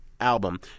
album